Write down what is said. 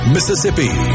Mississippi